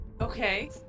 Okay